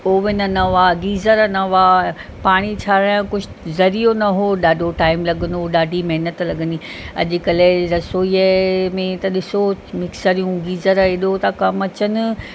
oven न हुआ geyser न हुआ पाणी छाणण जो कुझु ज़रियो न हुओ ॾाढो टाइम लॻंदो ॾाढी महिनत लॻंदी अॼुकल्ह रसोईअ में त ॾिसो मिक्सरूं गीज़र हेॾो था कम अचनि